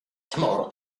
tomorrow